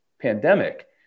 pandemic